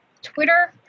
Twitter